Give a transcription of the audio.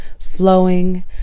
Flowing